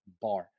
bar